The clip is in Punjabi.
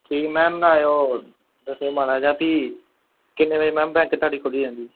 ਠੀਕ ਮੈਮ ਨਾਲੇ ਉਹ ਦੱਸਿਓ ਮਾੜਾ ਜਿਹਾ ਵੀ ਕਿੰਨੇ ਵਜੇ ਮੈਮ ਬੈਂਕ ਤੁਹਾਡੀ ਖੁੱਲ੍ਹ ਜਾਂਦੀ